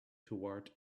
toward